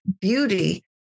beauty